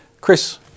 Chris